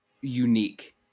unique